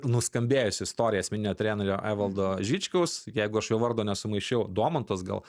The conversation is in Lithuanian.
nuskambėjusi istorija asmeninio trenerio evaldo žičkaus jeigu aš jo vardo nesumaišiau domantas gal